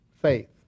faith